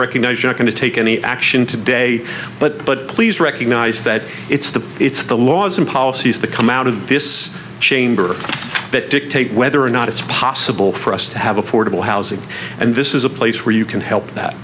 recognize you're going to take any action today but but please recognize that it's the it's the laws and policies to come out of this chamber that dictate whether or not it's possible for us to have affordable housing and this is a place where you can help that